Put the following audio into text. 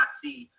see